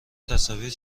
تصاویر